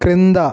క్రింద